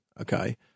okay